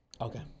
Okay